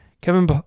Kevin